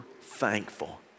thankful